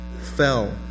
fell